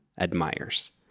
admires